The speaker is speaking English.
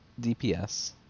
DPS